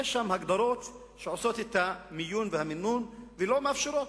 ויש שם הגדרות שעושות את המיון והמינון ולא מאפשרות.